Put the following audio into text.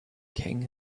king